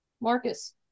Marcus